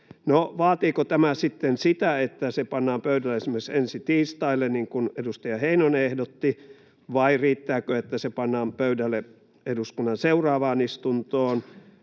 vaatiiko tämä sitten sitä, että se pannaan pöydälle esimerkiksi ensi tiistaille, niin kuin edustaja Heinonen ehdotti, vai riittääkö, että se pannaan pöydälle eduskunnan seuraavaan istuntoon,